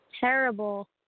Terrible